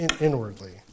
inwardly